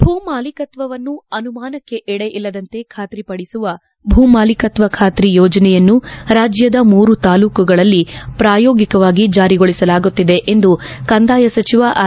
ಭೂಮಾಲಿಕತ್ವವನ್ನು ಅನುಮಾನಕ್ಕೆ ಎಡೆ ಇಲ್ಲದಂತೆ ಖಾತ್ರಿಪಡಿಸುವ ಭೂಮಾಲಿಕತ್ವ ಖಾತ್ರಿ ಯೋಜನೆ ಯನ್ನು ರಾಜ್ಞದ ಮೂರು ತಾಲೂಕುಗಳಲ್ಲಿ ಪ್ರಾಯೋಗಿಕವಾಗಿ ಜಾರಿಗೊಳಿಸಲಾಗುತ್ತಿದೆ ಎಂದು ಕಂದಾಯ ಸಚಿವ ಆರ್